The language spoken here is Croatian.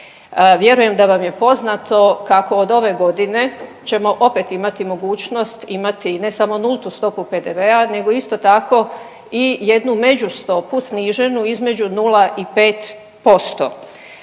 Vjerujem da vam je poznato kako od ove godine ćemo opet imati mogućnost imati ne samo nultu stopu PDV-a nego isto tako i jednu među stopu sniženu između nula